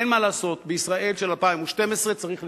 אין מה לעשות, בישראל של 2012 צריך לתגמל.